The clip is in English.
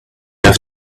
have